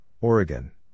Oregon